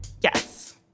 Yes